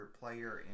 player